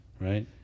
right